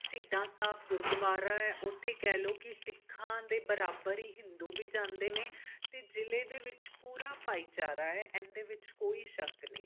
ਸ਼ਹੀਦਾਂ ਸਾਹਿਬ ਗੁਰਦੁਆਰਾ ਹੈ ਉੱਥੇ ਕਹਿ ਲਓ ਕਿ ਸਿੱਖਾਂ ਦੇ ਬਰਾਬਰ ਹੀ ਹਿੰਦੂ ਵੀ ਜਾਂਦੇ ਨੇ ਅਤੇ ਜ਼ਿਲ੍ਹੇ ਦੇ ਵਿੱਚ ਪੂਰਾ ਭਾਈਚਾਰਾ ਹੈ ਇਹਦੇ ਵਿੱਚ ਕੋਈ ਸ਼ੱਕ ਨਹੀਂ